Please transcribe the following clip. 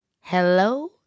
Hello